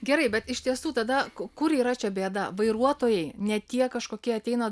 gerai bet iš tiesų tada kai kur yra čia bėda vairuotojai ne tie kažkokie ateina